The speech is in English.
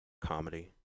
comedy